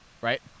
Right